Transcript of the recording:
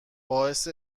باعث